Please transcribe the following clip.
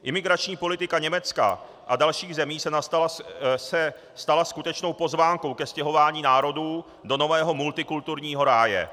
Imigrační politika Německa a dalších zemí se stala skutečnou pozvánkou ke stěhování národů do nového multikulturního ráje.